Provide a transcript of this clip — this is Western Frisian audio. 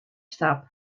stap